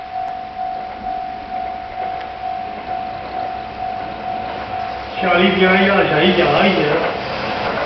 चाली पंजाह् ज्हार शाह् जी ज्यादा होई गेआ यरो